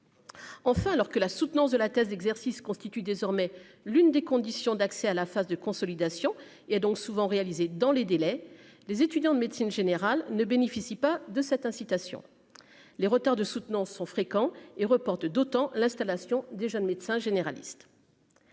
enfin alors que la soutenance de la thèse d'exercice constitue désormais l'une des conditions d'accès à la phase de consolidation et donc souvent réalisés dans les délais, les étudiants de médecine générale ne bénéficie pas de cette incitation : les retards de soutenance sont fréquents et reporte d'autant l'installation des jeunes médecins généralistes.